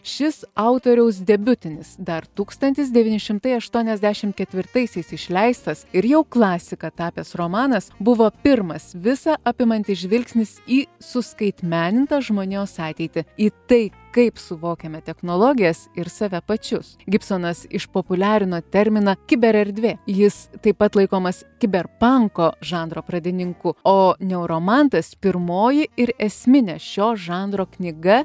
šis autoriaus debiutinis dar tūkstantis devyni šimtai aštuoniasdešim ketvirtaisiais išleistas ir jau klasika tapęs romanas buvo pirmas visa apimantis žvilgsnis į suskaitmenintą žmonijos ateitį į tai kaip suvokiame technologijas ir save pačius gibsonas išpopuliarino terminą kibirerdvė jis taip pat laikomas kiberpanko žanro pradininku o neuromantas pirmoji ir esminė šio žanro knyga